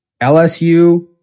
LSU